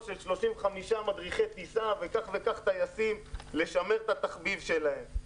של 35 מדריכי טיסה וכך וכך טייסים לשמר את התחביב שלהם.